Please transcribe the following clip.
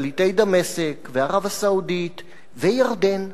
שליטי דמשק וערב-הסעודית וירדן,